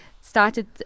Started